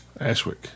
Ashwick